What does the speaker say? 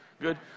good